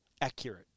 accurate